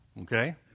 Okay